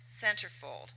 centerfold